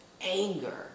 anger